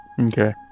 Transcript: okay